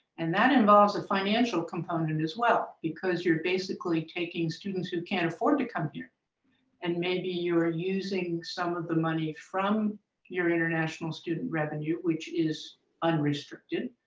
and that involves a financial component as well because you're basically taking students who can't afford to come here and maybe you're using some of the money from your international student revenue, which is unrestricted,